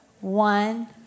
One